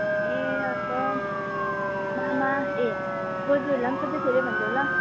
ए अनि त मामा ए बोजूहरूलाई पनि सोध्दैथियो अरे भनिदेऊ ल